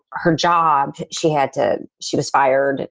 her job, she had to, she was fired,